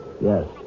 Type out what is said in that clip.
yes